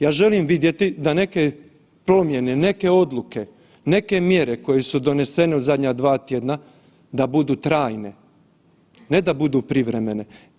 Ja želim vidjeti da neke promjene neke odluke, neke mjere koje su donesene u zadnja dva tjedna da budu trajne, ne da budu privremene.